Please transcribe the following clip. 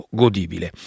godibile